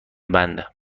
بنده